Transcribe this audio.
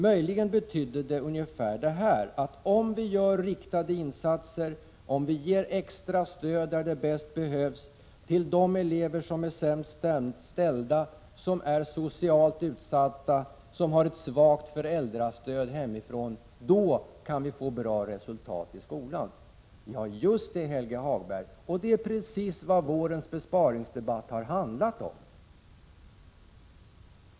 Möjligen betydde det ungefär följande: Om vi gör riktade insatser, om vi ger extra stöd där det bäst behövs, till de elever som är sämst ställda, som är socialt utsatta, som har ett svagt föräldrastöd hemifrån, då kan vi få bra resultat i skolan. Ja, just det, Helge Hagberg. Och det är precis vad vårens besparingsdebatt har handlat om.